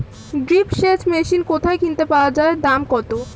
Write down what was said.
Drip সেচ machine কোথায় কিনতে পাওয়া যায় দাম কত?